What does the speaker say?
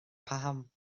paham